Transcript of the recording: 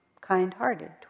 kind-hearted